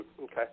Okay